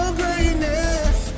greatness